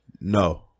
No